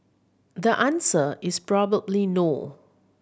the answer is probably no